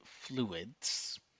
fluids